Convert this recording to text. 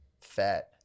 fat